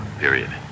period